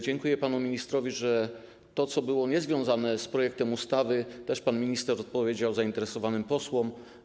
Dziękuję panu ministrowi, że na to, co było niezwiązane z projektem ustawy, też pan minister odpowiedział zainteresowanym posłom.